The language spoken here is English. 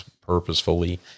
purposefully